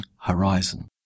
horizon